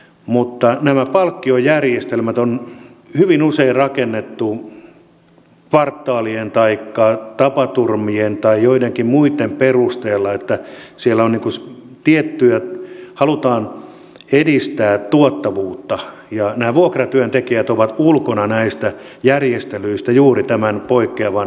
mutta nämä palkkiojärjestelmät on hyvin usein rakennettu kvartaalien taikka tapaturmien tai joidenkin muitten perusteella siellä halutaan edistää tuottavuutta ja nämä vuokratyöntekijät ovat ulkona näistä järjestelyistä juuri tämän poikkeavan työaikajärjestelynsä vuoksi